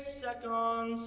second